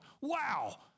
wow